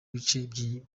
bice